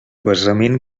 basament